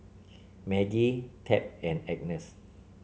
Maggie Tab and Agness